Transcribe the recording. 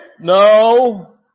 no